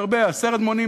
בהרבה, עשרת מונים.